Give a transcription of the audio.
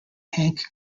hank